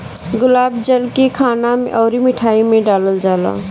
गुलाब जल के खाना अउरी मिठाई में डालल जाला